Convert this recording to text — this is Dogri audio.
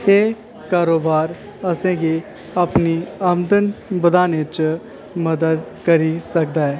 ते एह् कारोबार असेंगी अपनी आमदन बधानै च मदद करी सकदा ऐ